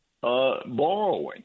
borrowing